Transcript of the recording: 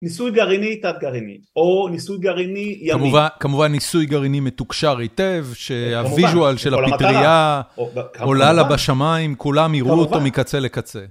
ניסוי גרעיני, תת־גרעיני, או ניסוי גרעיני ימי. כמובן, כמובן ניסוי גרעיני מתוקשר היטב, שהוויז'ואל של הפטרייה עולה לה בשמיים, כמובן, כולם יראו אותו מקצה לקצה.